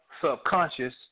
subconscious